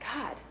God